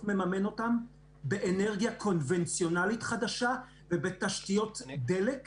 מממן אותם באנרגיה קונבנציונלית חדשה ובתשתיות דלק וגז.